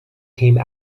came